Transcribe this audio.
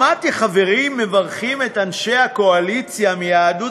שמעתי חברים מברכים את אנשי הקואליציה מיהדות